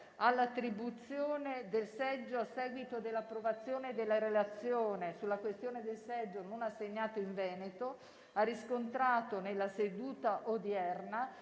all'attribuzione del seggio a seguito dell'approvazione della relazione sulla questione del seggio non assegnato in Veneto, ha riscontrato nella seduta odierna